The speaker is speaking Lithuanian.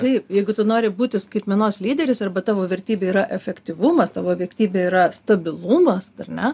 taip jeigu tu nori būti skaitmenos lyderis arba tavo vertybė yra efektyvumas tavo vektybė yra stabilumas ar ne